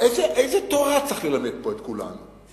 איזו תורה צריך ללמד פה את כולם?